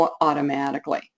automatically